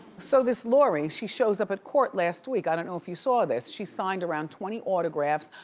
so this lori, she shows up at court last week, i don't know if you saw this. she signed around twenty autographs,